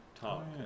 talk